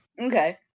Okay